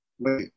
Wait